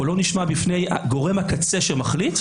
קולו נשמע בפני גורם הקצה שמחליט,